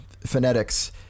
phonetics